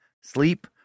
Sleep